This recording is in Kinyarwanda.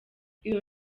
iyo